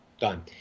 Done